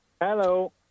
Hello